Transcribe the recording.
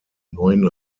neuen